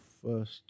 First